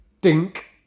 Dink